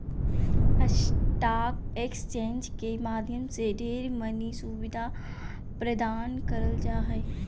stock exchange के माध्यम से ढेर मनी सुविधा प्रदान करल जा हय